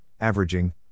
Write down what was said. averaging